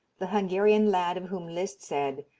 the hungarian lad of whom liszt said,